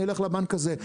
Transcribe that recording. אני אלך לבנק הזה.